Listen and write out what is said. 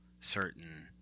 certain